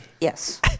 Yes